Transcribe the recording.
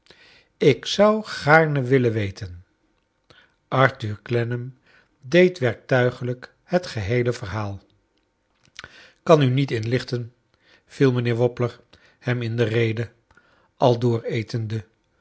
lk zou gaarne willen weten arthur clennam deed werktuigelijk het geheele verhaal kan u niet inlichten viel mijnheer wobbler hem in de rede al